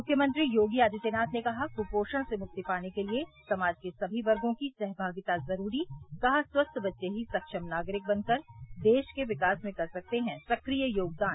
मुख्यमंत्री योगी आदित्यनाथ ने कहा कुपोषण से मुक्ति पाने के लिए समाज के सभी वर्गो की सहभागिता जरूरी कहा स्वस्थ बच्चे ही सक्षम नागरिक बनकर देश के विकास में कर सकते हैं सक्रिय योगदान